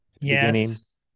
Yes